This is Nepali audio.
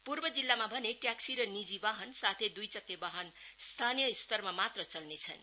पूर्व जिल्लामा भने ट्याक्सी र निजी बाहन साथै दुई चक्के बाहन स्थानीय स्तरमा मात्र चल्नेछन्